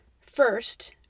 First